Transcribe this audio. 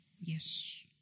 Yes